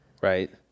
Right